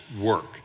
work